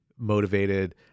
Motivated